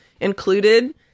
included